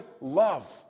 love